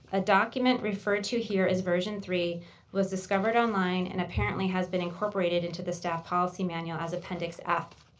a document referred to here as version three was discovered online and apparently has been incorporated into the staff policy manual as appendix f.